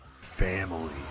Family